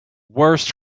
worst